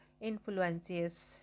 influences